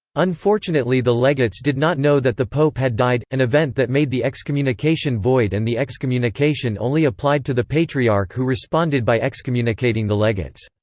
unfortunately the legates did not know that the pope had died, an event that made the excommunication void and the excommunication only applied to the patriarch who responded by excommunicating the legates.